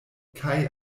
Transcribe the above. kaj